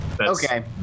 Okay